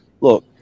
look